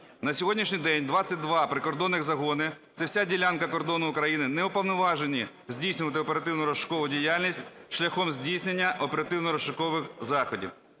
На сьогоднішній день 22 прикордонних загони - це вся ділянка кордону України, - не уповноважені здійснювати оперативно-розшукову діяльність шляхом здійснення оперативно-розшукових заходів,